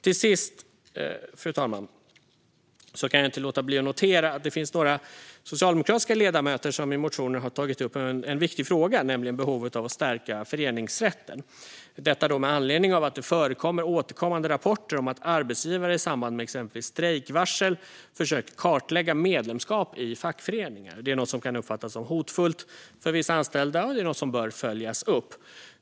Till sist, fru talman, kan jag inte låta bli att notera att det finns några socialdemokratiska ledamöter som i motioner har tagit upp en viktig fråga, nämligen behovet av att stärka föreningsrätten. Anledningen till detta är återkommande rapporter om att arbetsgivare i samband med exempelvis strejkvarsel försökt att kartlägga medlemskap i fackföreningar. Detta är något som kan uppfattas som hotfullt för vissa anställda, och det är något som bör följas upp.